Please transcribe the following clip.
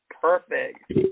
perfect